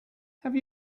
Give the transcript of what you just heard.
have